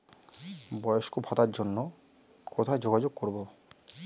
বয়স্ক ভাতার জন্য কোথায় যোগাযোগ করব?